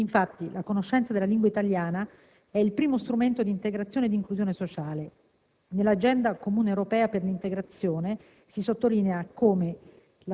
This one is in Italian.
Infatti, la conoscenza della lingua è il primo strumento di integrazione e di inclusione sociale. Nell'Agenda comune europea per l'integrazione si sottolinea che